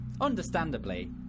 understandably